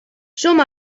som